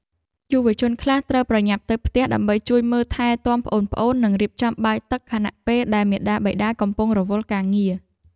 យុវជនខ្លះត្រូវប្រញាប់ទៅផ្ទះដើម្បីជួយមើលថែទាំប្អូនៗនិងរៀបចំបាយទឹកខណៈពេលដែលមាតាបិតាកំពុងរវល់ការងារ។